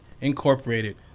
incorporated